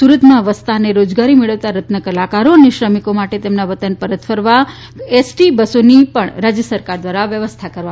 સુરતમાં વસતા અને રોજગારી મેળવતા રત્નકલાકારો અને શ્રમિકો માટે તેમના વતન પરત ફરવા આમ એસટી બસોની પણ રાજ્ય સરકાર દ્વારા વ્યવસ્થા કરવામાં આવનાર છે